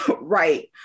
right